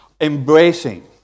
embracing